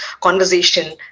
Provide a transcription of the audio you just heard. conversation